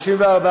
נתקבל.